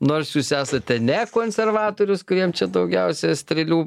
nors jūs esate ne konservatorius kuriem čia daugiausia strėlių